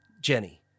Jenny